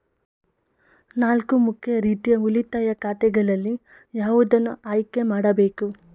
ನಾಲ್ಕು ಮುಖ್ಯ ರೀತಿಯ ಉಳಿತಾಯ ಖಾತೆಗಳಲ್ಲಿ ಯಾವುದನ್ನು ಆಯ್ಕೆ ಮಾಡಬೇಕು?